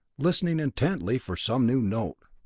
listening intently for some new note,